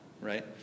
right